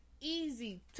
easy